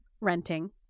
renting